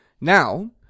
Now